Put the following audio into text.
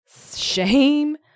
shame